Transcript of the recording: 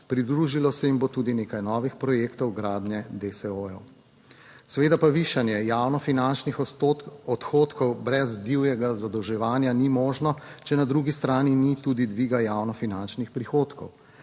Pridružilo se jim bo tudi nekaj novih projektov gradnje Desojev. Seveda pa višanje javno finančnih odhodov brez divjega zadolževanja ni možno, če na drugi strani ni tudi dviga javno finančnih prihodkov.